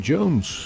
Jones